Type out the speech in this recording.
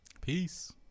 Peace